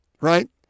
right